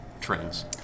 trends